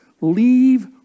leave